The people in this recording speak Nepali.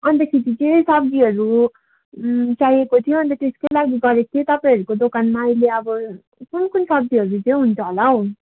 अन्तखेरि चाहिँ सब्जीहरू चाहिएको थियो अन्त त्यसकै लागि गरेको थिएँ तपाईँहरूको दोकानमा अहिले अब कुन कुन सब्जीहरू चाहिँ हुन्छ होला हौ